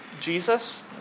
Jesus